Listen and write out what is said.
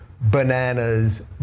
bananas